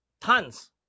tons